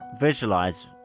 visualize